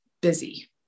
busy